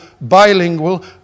bilingual